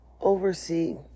oversee